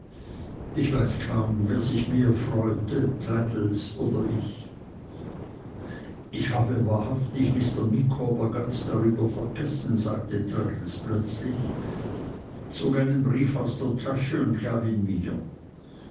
ich weiß kaum wer sich mehr freute traddles oder ich ich habe wahrhaftig mr micawber ganz darüber vergessen sagte traddles plötzlich zog einen brief aus der tasche und gab ihn mir